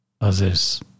others